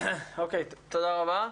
תודה רבה.